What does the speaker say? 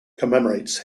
commemorates